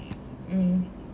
mm